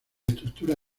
estructura